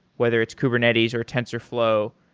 whether it's kubernetes or tensorflow.